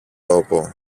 τόπο